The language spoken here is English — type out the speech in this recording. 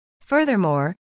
Furthermore